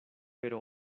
pero